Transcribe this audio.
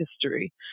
History